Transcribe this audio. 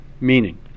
Meaning